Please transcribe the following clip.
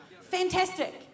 Fantastic